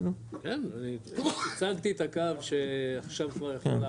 כן, ניצלתי את הקו שעכשיו כבר יכול לעבוד,